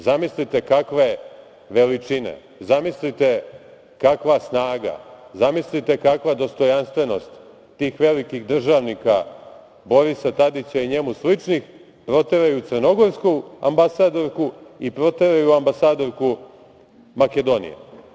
Zamislite kakve veličine, zamislite kakva snaga, zamislite kakva dostojanstvenost tih velikih državnika Borisa Tadića i njemu sličnih, proteraju crnogorsku ambasadorku i proteraju ambasadorku Makedonije.